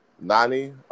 Nani